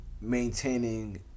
maintaining